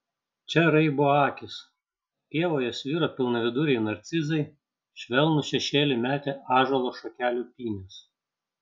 čia raibo akys pievoje sviro pilnaviduriai narcizai švelnų šešėlį metė ąžuolo šakelių pynės